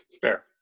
fair